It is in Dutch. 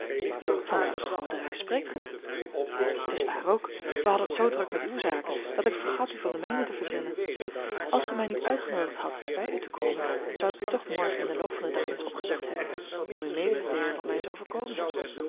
van welke groote reis spreekt gij t is waar ook wij hadden het zoo druk met uwe zaken dat ik vergat u van de mijne te vertellen als gij mij niet uitgenoodigd hadt bij u te komen zou ik u toch morgen in den loop van den dag eens opgezocht hebben om u mede te deelen wat mij is overkomen